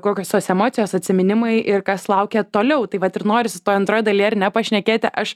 kokios tos emocijos atsiminimai ir kas laukia toliau tai vat ir norisi toj antroj daly ar ne pašnekėti aš